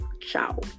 ciao